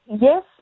yes